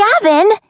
Gavin